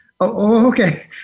okay